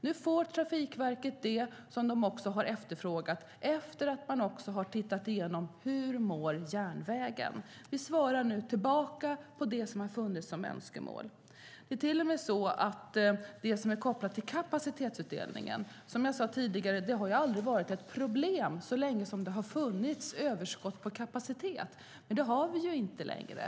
Nu får Trafikverket det som de har efterfrågat efter att man har tittat igenom hur järnvägen mår. Vi svarar nu mot det som har funnits som önskemål. Det är till och med så att det som är kopplat till kapacitetsutdelningen, som jag sade tidigare, aldrig har varit ett problem så länge som vi haft överskott på kapacitet, men det har vi inte längre.